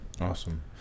Awesome